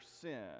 sin